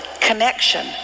connection